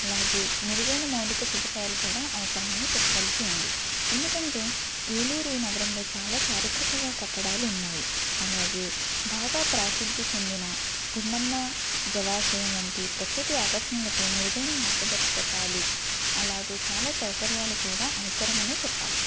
అలాగే మెరుగైన మౌలిక సదుపాయాలు కూడా అవసరమని చెప్పవలసి ఉంది ఎందుకంటే ఏలూరు నగరంలో చాలా చారిత్రక కట్టడాలు ఉన్నాయి అలాగే బాగా ప్రసిద్ది చెందిన గుండమ్మ జలాశయం వంటి ప్రకృతి ఆకర్షణలకు మెరుగైన మార్గదర్శకాలు అలాగే చాలా సౌకర్యాలు కూడా అవసరమనే చెప్పాలి